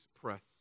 press